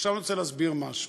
עכשיו אני רוצה להסביר משהו.